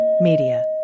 Media